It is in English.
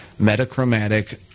metachromatic